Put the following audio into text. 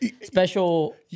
special